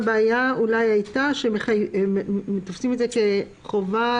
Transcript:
אולי ההתייחסות שלנו לא הייתה מספיק מדויקת קודם.